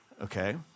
Okay